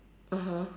(uh huh)